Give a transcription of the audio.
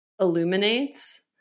illuminates